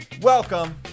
welcome